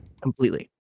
Completely